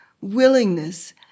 willingness